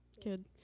kid